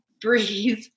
breathe